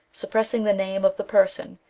suppressing the name of the person,